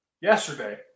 Yesterday